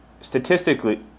statistically